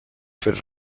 fet